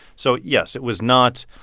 so yes, it was not,